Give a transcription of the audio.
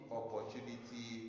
opportunity